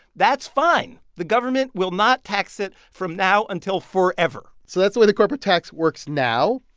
that's fine. the government will not tax it from now until forever so that's the way the corporate tax works now.